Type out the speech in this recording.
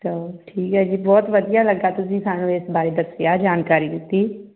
ਚਲੋ ਠੀਕ ਹੈ ਜੀ ਬਹੁਤ ਵਧੀਆ ਲੱਗਿਆ ਤੁਸੀਂ ਸਾਨੂੰ ਇਸ ਬਾਰੇ ਦੱਸਿਆ ਜਾਣਕਾਰੀ ਦਿੱਤੀ